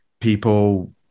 People